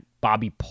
Bobby